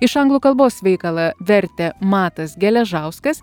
iš anglų kalbos veikalą vertė matas geležauskas